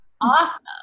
Awesome